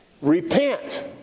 Repent